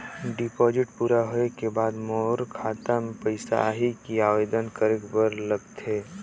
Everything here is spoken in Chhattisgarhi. डिपॉजिट पूरा होय के बाद मोर खाता मे पइसा आही कि आवेदन करे बर लगथे?